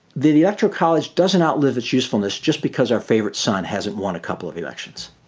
the the electoral college doesn't outlive its usefulness just because our favorite son hasn't won a couple of elections.